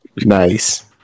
nice